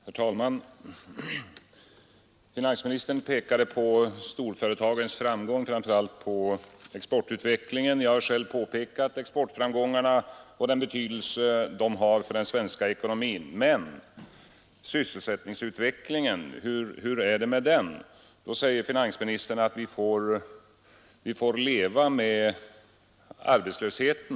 Herr talman! Finansministern pekade på storföretagens framgångar, framför allt exportutvecklingen. Jag har själv framhållit exportframgångarna och deras betydelse för den svenska ekonomin. Men hur är det med sysselsättningsutvecklingen? Finansministern svarar att vi får leva med arbetslösheten.